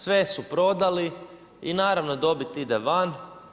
Sve su prodali i naravno dobit ide van.